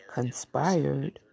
Conspired